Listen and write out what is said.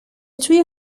توی